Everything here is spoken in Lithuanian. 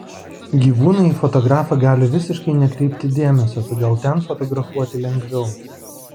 gyvūnai į fotografą gali visiškai nekreipti dėmesio todėl ten fotografuoti lengviau